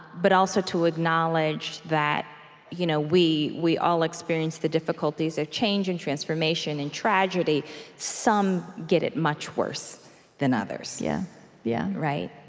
but also to acknowledge that you know we we all experience the difficulties of change and transformation and tragedy some get it much worse than others yeah yeah i